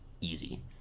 Easy